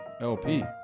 LP